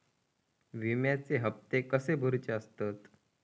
विम्याचे हप्ते कसे भरुचे असतत?